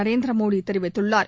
நரேந்திர மோடி தெரிவித்துள்ளார்